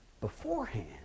beforehand